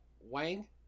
Wang